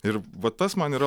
ir va tas man yra